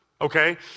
Okay